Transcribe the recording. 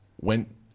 went